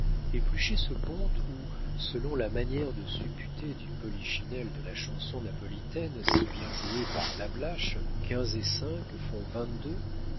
épluchez ce compte où selon la manière de supputer du polichinelle de la chanson napolitaine si bien jouée par lablache quinze et cinq font